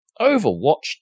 Overwatch